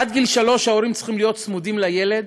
עד גיל שלוש ההורים צריכים להיות צמודים לילד?